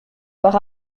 par